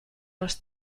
les